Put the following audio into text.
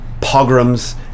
pogroms